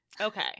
Okay